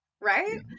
right